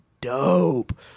dope